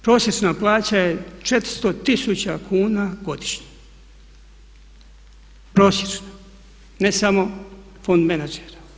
Prosječna plaća je 400 tisuća kuna godišnje, prosječna ne samo fond menadžer.